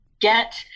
get